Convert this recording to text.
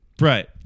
Right